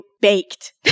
baked